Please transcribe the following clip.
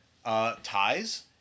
Ties